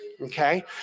okay